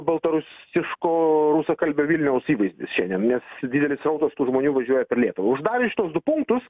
baltarusiško rusakalbio vilniaus įvaizdis šiandien nes didelis srautas tų žmonių važiuoja per lietuvą uždarius šituos du punktus